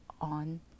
on